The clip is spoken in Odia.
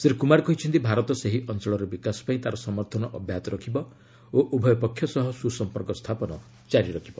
ଶ୍ରୀ କୁମାର କହିଛନ୍ତି ଭାରତ ସେହି ଅଞ୍ଚଳର ବିକାଶ ପାଇଁ ତା'ର ସମର୍ଥନ ଅବ୍ୟାହତ ରଖିବ ଓ ଉଭୟ ପକ୍ଷ ସହ ସୁସମ୍ପର୍କ ସ୍ଥାପନ ଜାରି ରଖିବ